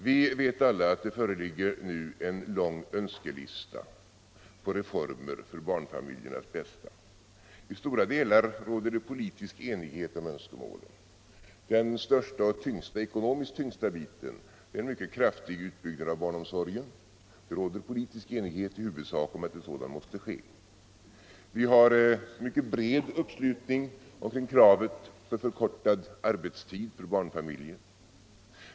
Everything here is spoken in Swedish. Vi vet alla att det föreligger en lång önskelista på reformer för barnfamiljernas bästa. I stora delar råder det politisk enighet om önskemålen. Den ekonomiskt tyngsta biten är en mycket kraftig utbyggnad av barnomsorgen. Det råder politisk enighet i huvudsak om att det måste ske. Vi har bred uppslutning kring kravet på förkortad arbetstid för barnfamiljer.